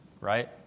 right